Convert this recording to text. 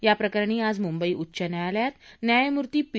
याप्रकरणी आज मुंबई उच्च न्यायालयात न्यायमूर्ती पी